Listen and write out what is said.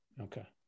Okay